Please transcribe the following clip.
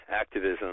activism